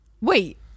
Wait